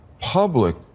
public